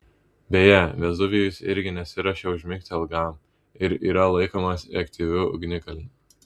beje vezuvijus irgi nesiruošia užmigti ilgam ir yra laikomas aktyviu ugnikalniu